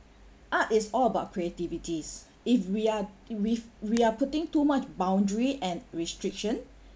art is all about creativity if we are we've we are putting too much boundary and restriction